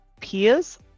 peers